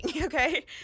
okay